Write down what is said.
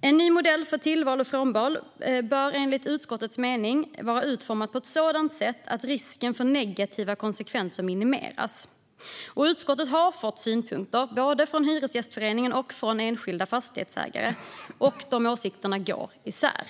En ny modell för tillval och frånval bör enligt utskottets mening vara utformad på ett sådant sätt att risken för negativa konsekvenser minimeras. Utskottet har fått synpunkter både från Hyresgästföreningen och från enskilda fastighetsägare, och de åsikterna går isär.